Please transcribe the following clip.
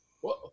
Whoa